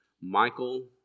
Michael